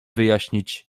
wyjaśnić